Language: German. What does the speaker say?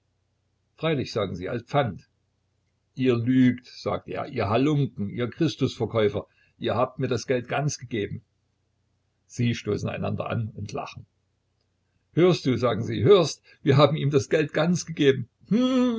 freilich sagen sie als pfand ihr lügt sagt er ihr halunken ihr christusverkäufer ihr habt mir das geld ganz gegeben sie stoßen einander an und lachen hörst du sagen sie hörst wir haben ihm das geld ganz gegeben